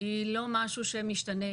היא לא משהו שמשתנה,